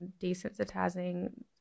Desensitizing